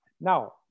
now